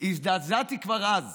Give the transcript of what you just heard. הזדעזעתי כבר אז